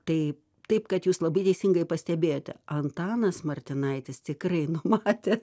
tai taip kad jūs labai teisingai pastebėjote antanas martinaitis tikrai numatė